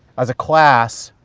as a class,